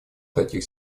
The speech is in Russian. таких